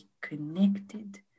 connected